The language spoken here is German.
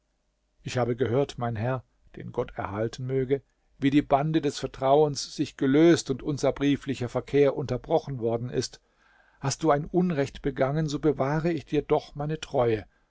ich habe gehört mein herr den gott erhalten möge wie die bande des vertrauens sich gelöst und unser brieflicher verkehr unterbrochen worden ist hast du ein unrecht begangen so bewahre ich dir doch meine treue